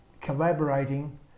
collaborating